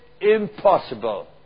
impossible